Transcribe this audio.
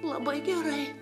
labai gerai